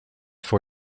for